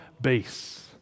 base